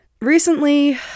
recently